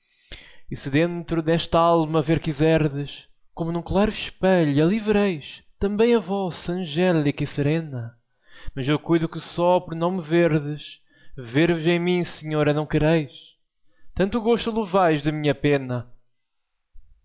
se dentro nest'alma ver quiserdes como num claro espelho ali vereis também a vossa angélica e serena mas eu cuido que só por não me verdes ver vos em mim senhora não quereis tanto gosto levais de minha pena